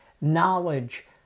knowledge